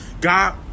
God